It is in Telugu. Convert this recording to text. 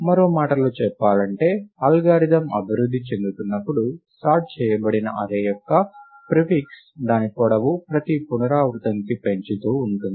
మరో మాటలో చెప్పాలంటే అల్గోరిథం అభివృద్ధి చెందుతున్నప్పుడు సార్ట్ చేయబడిన అర్రే యొక్క ప్రిఫిక్స్ దాని పొడవు ప్రతి పునరావృతంకి పెంచుతూ ఉంటుంది